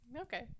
Okay